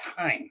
time